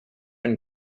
and